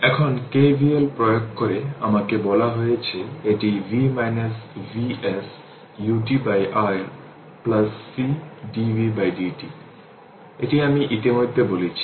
এখন KVL প্রয়োগ করে আমাকে বলা হয়েছে এটি v Vs utR c dvdt এটি আমি ইতিমধ্যেই বলেছি